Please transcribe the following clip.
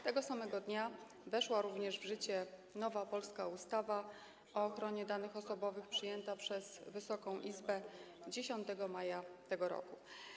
Tego samego dnia weszła również w życie nowa polska ustawa o ochronie danych osobowych przyjęta przez Wysoką Izbę 10 maja tego roku.